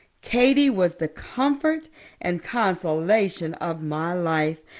katie was the comfort and consolation of my life.